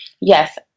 yes